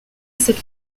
cette